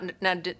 now